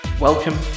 Welcome